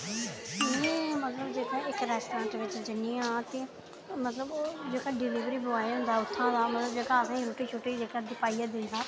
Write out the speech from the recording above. में जेह्का मतलब इक्क रेस्टोरेंट च जन्नी आं ते मतलब ओह् जेह्का डिलवरी बॉय होंदा उत्थुआं जोह्का मतलब असेेंगी रुट्टी पाइयै दिंदा